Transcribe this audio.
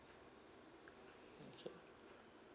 okay